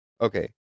Okay